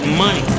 money